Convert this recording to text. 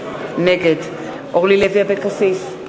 נגד אורלי לוי אבקסיס,